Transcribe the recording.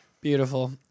Beautiful